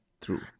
True